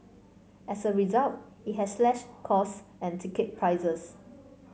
as a result it has slashed cost and ticket prices